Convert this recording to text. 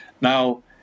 Now